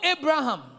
Abraham